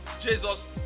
Jesus